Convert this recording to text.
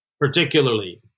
particularly